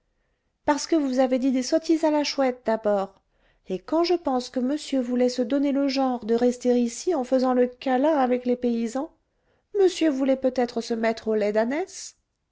parce que vous avez dit des sottises à la chouette d'abord et quand je pense que monsieur voulait se donner le genre de rester ici en faisant le câlin avec les paysans monsieur voulait peut-être se mettre au lait d'ânesse